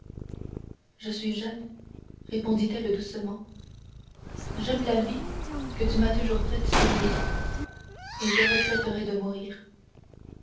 je suis jeune répondit-elle doucement j'aime la vie que tu m'as toujours faite si douce et je regretterais de mourir